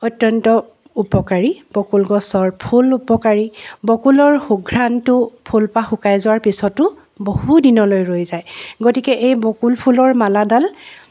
অত্যন্ত উপকাৰী বকুল গছৰ ফুল উপকাৰী বকুলৰ সুঘ্ৰাণটো ফুলপাহ শুকাই যোৱাৰ পিছতো বহুদিনলৈ ৰৈ যায় গতিকে এই বকুল ফুলৰ মালাডাল